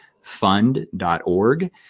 fund.org